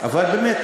אבל באמת,